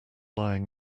lying